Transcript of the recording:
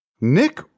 Nick